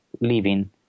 living